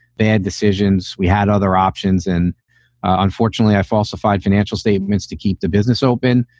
bad decisions. we had other options. and unfortunately, i falsified financial statements to keep the business open.